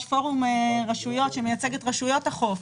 פורום רשויות שמייצג את רשויות החוף.